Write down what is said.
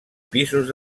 pisos